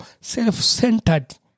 self-centered